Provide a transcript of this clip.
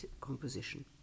composition